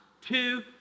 two